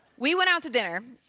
we went out to dinner,